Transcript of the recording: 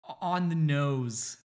on-the-nose